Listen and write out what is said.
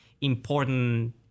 important